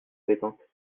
pétanque